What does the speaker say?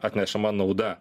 atnešama nauda